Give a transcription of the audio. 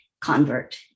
convert